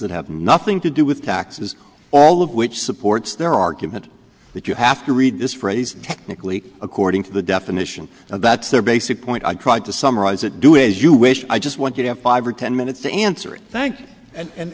that have nothing to do with taxes all of which supports their argument that you have to read this phrase technically according to the definition and that's the basic point i tried to summarize it do as you wish i just want you to have five or ten minutes to answer than